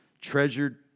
treasured